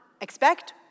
expect